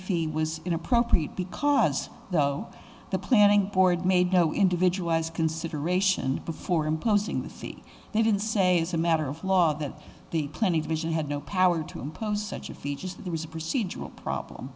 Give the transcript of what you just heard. fee was inappropriate because though the planning board made no individual as consideration before imposing the fee they did say as a matter of law that the plenty vision had no power to impose such a fee just that it was a procedural problem